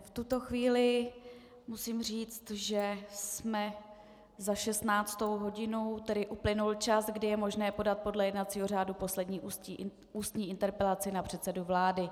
V tuto chvíli musím říct, že jsme za 16. hodinou, tedy uplynul čas, kdy je možné podat podle jednacího řádu poslední ústní interpelaci na předsedu vlády.